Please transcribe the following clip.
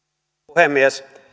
puhemies